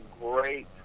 great